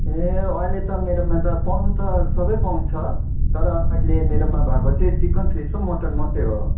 ए अहिले त मेरोमा त पाउनु त सबै पाउँछ तर अहिले मेरोमा भएको चाहिँ चिकन फिस र मटन मात्रै हो